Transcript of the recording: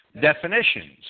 definitions